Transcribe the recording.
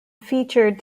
featured